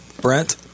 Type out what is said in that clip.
Brent